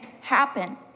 happen